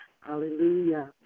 Hallelujah